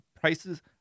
prices